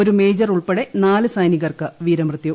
ഒരു മേജർ ഉൾപ്പെടെ നാല് സൈനികർക്ക് വീരമൃത്യു